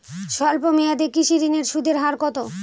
স্বল্প মেয়াদী কৃষি ঋণের সুদের হার কত?